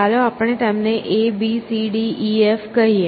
ચાલો આપણે તેમને A B C D E F કહીએ